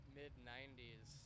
mid-90s